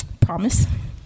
promise